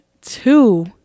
two